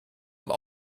have